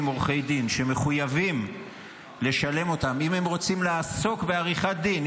עורכי דין שמחויבים לשלם אם הם רוצים לעסוק בעריכת דין,